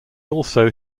also